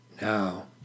Now